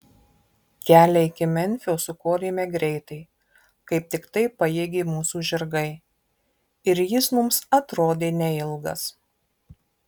kelią iki memfio sukorėme greitai kaip tiktai pajėgė mūsų žirgai ir jis mums atrodė neilgas